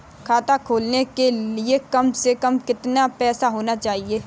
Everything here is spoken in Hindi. खाता खोलने के लिए कम से कम कितना पैसा होना चाहिए?